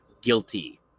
guilty